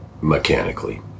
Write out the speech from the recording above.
mechanically